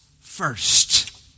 first